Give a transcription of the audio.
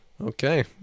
Okay